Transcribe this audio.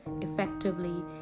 effectively